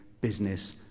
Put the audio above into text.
business